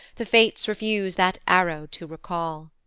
the fates refuse that arrow to recal.